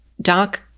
Doc